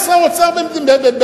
היה שר אוצר בממשלה,